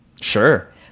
Sure